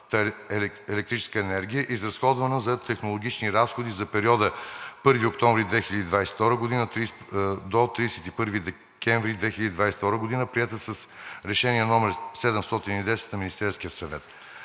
електрическа енергия, изразходвана за технологични разходи за периода 1 октомври 2022 г. до 31 декември 2022 г., приета с Решение № 710 на Министерския съвет.